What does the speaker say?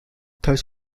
thus